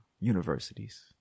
Universities